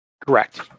Correct